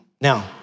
Now